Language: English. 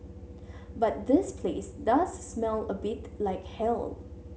but this place does smell a bit like hell